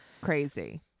crazy